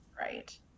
right